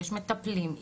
יש מטפלים,